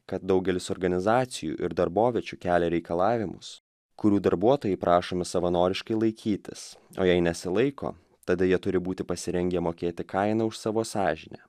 kad daugelis organizacijų ir darboviečių kelia reikalavimus kurių darbuotojai prašomi savanoriškai laikytis o jei nesilaiko tada jie turi būti pasirengę mokėti kainą už savo sąžinę